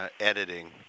editing